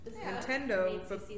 Nintendo